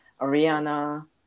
Ariana